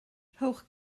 rhowch